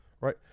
right